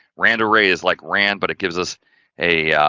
rand array is like rand but it gives us a,